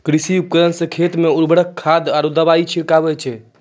कृषि उपकरण सें खेत मे उर्वरक खाद आरु दवाई छिड़कावै छै